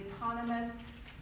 autonomous